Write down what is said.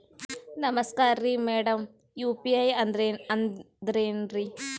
ನಮಸ್ಕಾರ್ರಿ madam UPI ಅಂದ್ರೆನ್ರಿ?